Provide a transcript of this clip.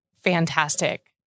fantastic